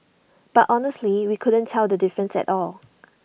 but honestly we couldn't tell the difference at all